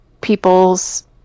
people's